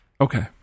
Okay